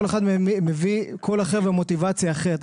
כל אחד מביא מוטיבציה אחרת,